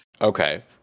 Okay